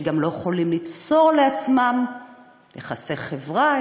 שגם לא יכולים ליצור לעצמם יחסי חברה,